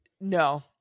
No